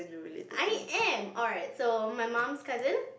I am alright so my mom's cousin